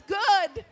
good